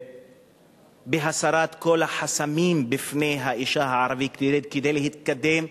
בהסרת כל החסמים בפני האשה הערבית כדי להתקדם,